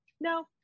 no